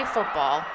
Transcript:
Football